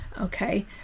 okay